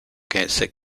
against